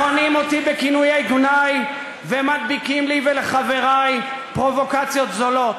מכנים אותי בגינויי גנאי ומדביקים לי ולחברי פרובוקציות זולות.